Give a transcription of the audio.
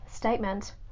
Statement